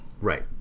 right